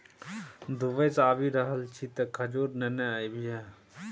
Dubai सँ आबि रहल छी तँ खजूर नेने आबिहे